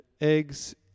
eggs